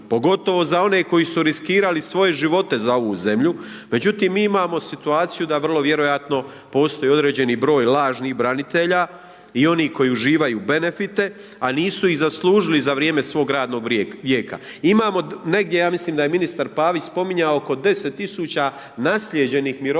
pogotovo za one koji su riskirali svoje živote za ovu zemlju međutim mi imamo situaciju da vrlo vjerojatno postoji određeni broj lažnih branitelja i onih koji uživaju benefite a nisu ih zaslužili za vrijeme svog radnog vijeka. Imamo negdje, ja mislim da je ministar Pavić spominjao, oko 10 000 naslijeđenih mirovina